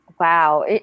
Wow